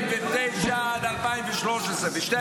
2009 עד 2013, יפה